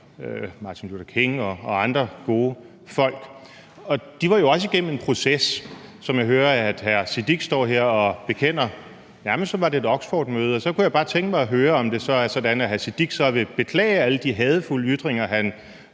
Martin Luther King og andre gode folk, og de var jo også igennem en proces, som jeg hører at hr. Sikandar Siddique står her og bekender, nærmest som var det et Oxfordmøde. Og så kunne jeg bare godt tænke mig at høre, om det så er sådan, at hr. Sikandar Siddique vil beklage alle de hadefulde ytringer, som